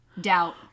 doubt